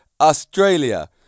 Australia